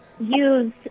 use